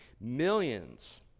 Millions